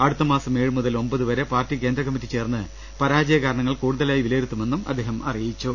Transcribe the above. അടുത്തമാസം ഏഴ് മുതൽ ഒമ്പത് വരെ പാർട്ടി കേന്ദ്ര കമ്മറ്റി ചേർന്ന് പരാജയ കാരണങ്ങൾ കൂടുതലായി വിലയിരുത്തുമെന്നും അദ്ദേഹം അറിയിച്ചു